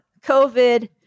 COVID